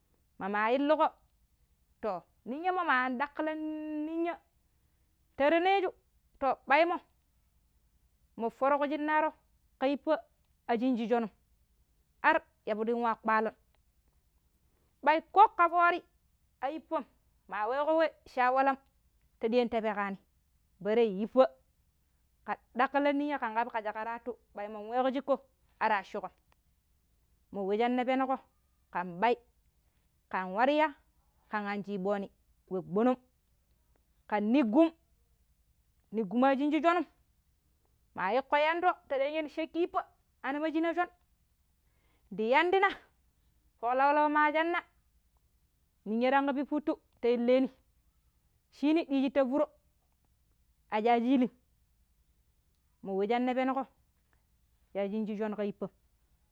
Ma maa illiƙo to ninya̱mmo̱ maa an ɗakkilan ninya̱ ta taneeju to ɓai mo, mo fo̱ro̱ ku shinnaaro̱ ƙa yippa̱ a shinji sho̱num har yapiɗi nwa kpaalo̱n. Bai ko ƙa fo̱o̱ri a yippa̱m maa weeƙo we shi a walam ta ɗiya̱n tapekkaani bere yippa̱ ƙa ɗakkilam ninya̱ ƙen ƙab ken kara wattu bai mo nweeƙo shikko ar wacuƙom. Mo we shi ne penuƙo kam ɓai, ƙan warya ƙan anshiiɓooni, we gbono̱ng ƙam niigum niigum a shinji sho̱num, ma iƙƙo yanɗo ta ɗa'nge ni sha̱kki yippa̱ n'anima shina̱ sho̱n ndi yandina fo̱ƙ lanlau maa shanna, ninya̱ tangƙo pippittu ta illeeni shiini ɗiiji ta fura a shaaji ilim. Mowe shi ne penuƙo shi a shinji sho̱n ƙa yippa̱m.